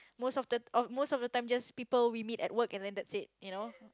most of the of most of the time just people we meet at work and then that it you know